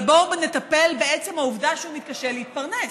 אבל בואו ונטפל בעצם העובדה שהוא מתקשה להתפרנס.